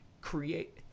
create